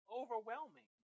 overwhelming